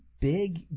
big